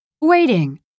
Waiting